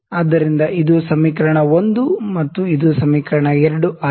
ಆದ್ದರಿಂದ ಇದು equation L ಮತ್ತು ಇದು ಸಮೀಕರಣ 2 ಆಗಿದೆ